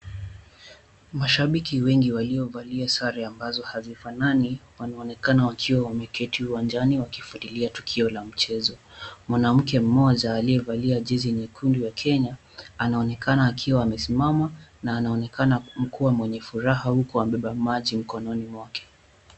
Mashabiki wengi waliovalia sare ambazo hazifanani wanaonekana wakiwa wameketi uwanjani wakifuatilia tukio la mchezo. Mwanamke mmoja aliyevalia jezi nyekundi ya Kenya anaonekana akiwa amesimama na anaonekana kuwa mwenye furaha huko amebeba maji mkononi mwake.